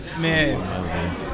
Man